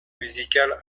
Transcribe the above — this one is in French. musicale